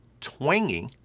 twangy